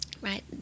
right